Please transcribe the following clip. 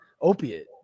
opiate